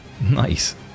Nice